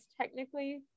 technically